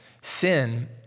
Sin